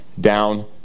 down